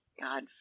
God